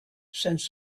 since